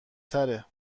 تره